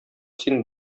син